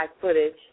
footage